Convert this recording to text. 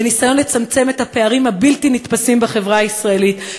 בניסיון לצמצם את הפערים הבלתי-נתפסים בחברה הישראלית,